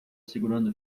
segurando